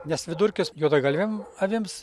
nes vidurkis juodgalvėm avims